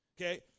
Okay